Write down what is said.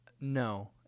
No